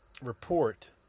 report